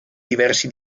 diversi